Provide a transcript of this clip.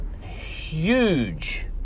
huge